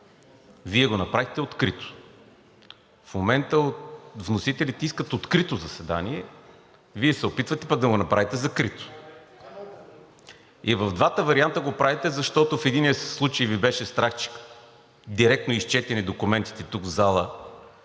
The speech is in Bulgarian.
Вие го направихте открито. В момента вносителите искат открито заседание, а Вие се опитвате пък да го направите закрито. И в двата варианта го правите, защото в единия случай Ви беше страх, че от директно изчетени документите, тук в залата,